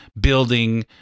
building